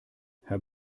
herr